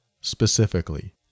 specifically